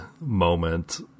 moment